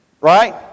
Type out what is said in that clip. Right